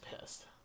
pissed